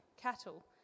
cattle